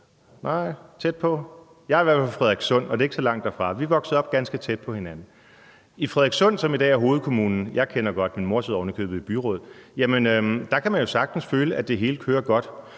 Nej, tæt på. Jeg er i hvert fald fra Frederikssund, og det er ikke så langt derfra, så vi er i hvert fald vokset op ganske tæt på hinanden. I Frederikssund, som i dag er hovedkommunen, og som jeg kender godt, min mor sidder ovenikøbet i byrådet, kan man sagtens føle, at det hele kører godt,